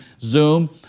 Zoom